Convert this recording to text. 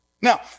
Now